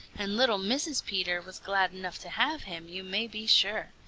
and little mrs. peter was glad enough to have him, you may be sure.